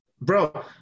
Bro